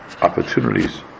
opportunities